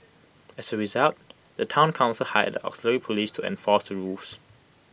as A result the Town Council hired the auxiliary Police to enforce the rules